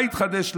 מה התחדש?